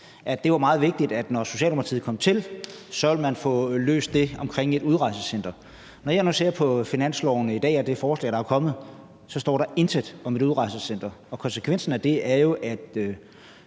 Det var meget vigtigt, at man, når Socialdemokratiet kom til, så ville få løst det omkring et udrejsecenter, og når jeg nu i dag ser på det finanslovsforslag, der er kommet, så står der intet om et udrejsecenter, og konsekvensen af det er jo, at